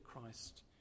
Christ